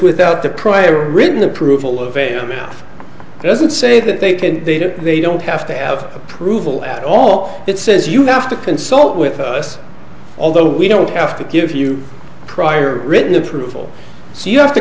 without the prior written approval of am doesn't say that they can they don't have to have approval at all it says you have to consult with us although we don't have to give you prior written approval so you have to